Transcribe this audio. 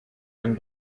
ein